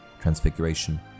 transfiguration